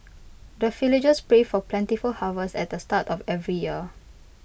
the villagers pray for plentiful harvest at the start of every year